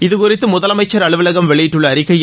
இதுகுறித்து முதலமைச்சர் அலுவலகம் வெளியிட்டுள்ள அறிக்கையில்